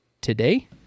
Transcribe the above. today